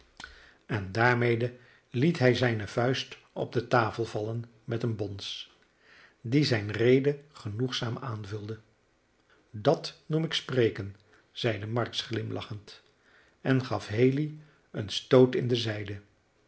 en daarmede liet hij zijne vuist op de tafel vallen met een bons die zijn rede genoegzaam aanvulde dat noem ik spreken zeide marks glimlachend en gaf haley een stoot in de zijde